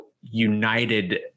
united